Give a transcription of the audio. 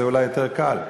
זה אולי יותר קל.